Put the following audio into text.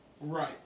Right